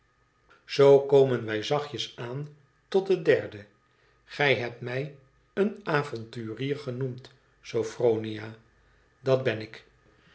zoo komen wij zachtjes aan tot het derde gij hebt mij een avontmicr genoemd sophronia dat ben ik